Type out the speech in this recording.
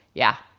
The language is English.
yeah.